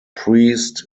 priest